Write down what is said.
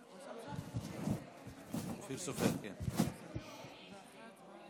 חבריי חברי